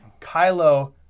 Kylo